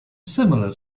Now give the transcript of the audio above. similar